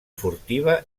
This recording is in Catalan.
furtiva